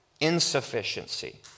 Insufficiency